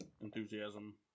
enthusiasm